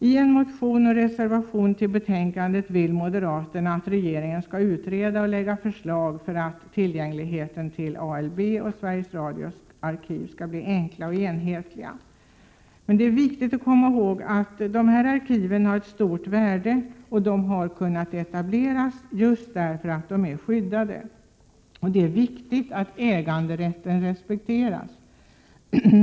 I en motion och en reservation till betänkandet vill moderaterna att regeringen skall utreda och lägga förslag om att reglerna för tillgängligheten till ALB:s och Sveriges Radios arkiv skall bli enkla och enhetliga. Men det är viktigt att komma ihåg att dessa arkiv har ett stort värde, och att de har kunnat etableras just därför att de är skyddade. Det är viktigt att äganderätten respekteras.